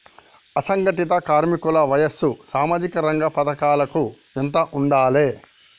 అసంఘటిత కార్మికుల వయసు సామాజిక రంగ పథకాలకు ఎంత ఉండాలే?